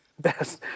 best